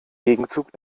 gegenzug